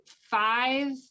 five